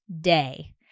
day